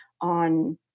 on